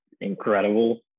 incredible